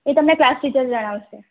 એ તમને class teacher જણાવશે